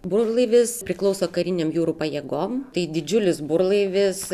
burlaivis priklauso karinėm jūrų pajėgom tai didžiulis burlaivis